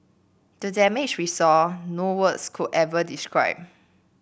the damage we saw no words could ever describe